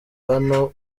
hano